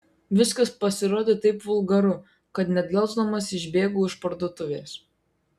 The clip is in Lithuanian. viskas pasirodė taip vulgaru kad nedelsdamas išbėgau iš parduotuvės